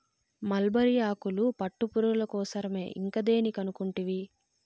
mulberry ఆకులు పట్టుపురుగుల కోసరమే ఇంకా దేని కనుకుంటివి